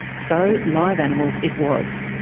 so, live animals it was.